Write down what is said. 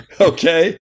okay